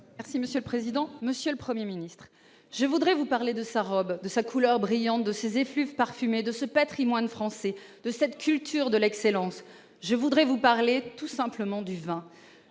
Merci monsieur le président, Monsieur le 1er Ministre je voudrais vous parler de sa robe sa couleur brillante de ses effluves parfumées de ce Patrimoine français de cette culture de l'excellence, je voudrais vous parler tout simplement du vin,